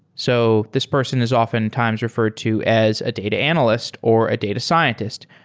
so this person is often times referred to as a data analyst or a data scientist.